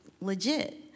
legit